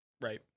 right